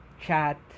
chat